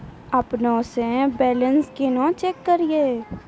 अपनों से बैलेंस केना चेक करियै?